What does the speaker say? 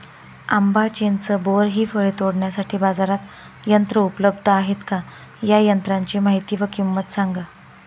आंबा, चिंच, बोर हि फळे तोडण्यासाठी बाजारात यंत्र उपलब्ध आहेत का? या यंत्रांची माहिती व किंमत सांगा?